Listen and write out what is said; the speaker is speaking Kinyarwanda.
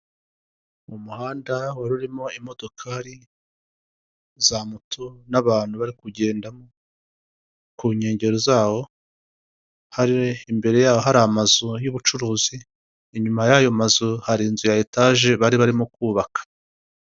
Umuhanda warurimo imodokari za moto n'abantu, bari kugendamo kunkengerero zawo, hari ,imbere yaho hari amazu y'ubucuruzi , inyuma yayo mazu har' inzu ya etaje bari barimo kubaka.